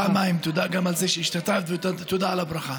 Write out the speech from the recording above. תודה פעמיים, תודה על זה שהשתתפת ותודה על הברכה.